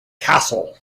castle